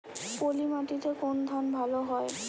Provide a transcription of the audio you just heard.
পলিমাটিতে কোন ধান ভালো হয়?